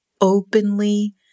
openly